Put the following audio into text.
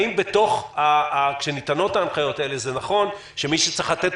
האם כשניתנות ההנחיות האלה נכון שמי שצריך לתת